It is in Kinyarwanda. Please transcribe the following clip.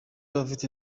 abafite